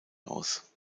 aus